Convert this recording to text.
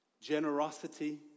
Generosity